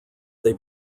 they